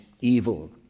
evil